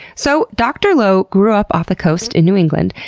so, dr lowe grew up off the coast in new england,